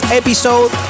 episode